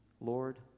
Lord